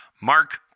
Mark